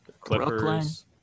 Clippers